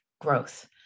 growth